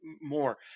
more